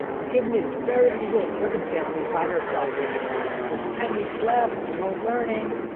but given these very unusual circumstances we find ourselves in with ten weeks left to remote learning,